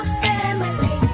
family